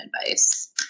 advice